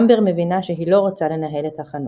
אמבר מבינה שהיא לא רוצה לנהל את החנות.